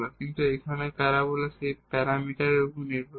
কিন্তু এখানে সেই প্যারাবোলা এই প্যারামিটারের উপর নির্ভর করে